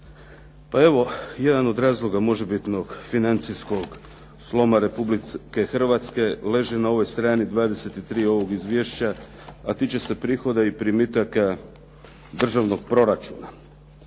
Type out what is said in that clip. Pa evo jedna od razloga možebitnog financijskog sloma Republike Hrvatske leži na ovoj strani 23 ovog izvješća, a tiče se prihoda i primitaka državnog proračuna.